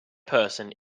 person